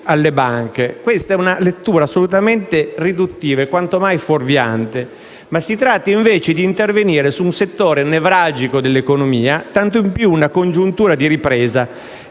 alle banche. Questa è una lettura assolutamente riduttiva e quanto mai fuorviante: si tratta invece di intervenire su un settore nevralgico dell'economia, tanto più in una congiuntura di ripresa,